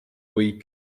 week